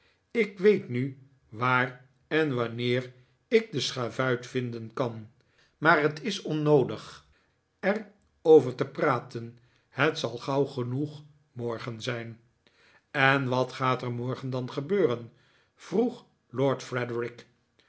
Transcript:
ik weet nu waar en wanneer ik den schavuit vinden kan maar het is onnoodig er over te praten het zal gauw genoeg morgen zijn en wat gaat er morgen dan gebeuren vroeg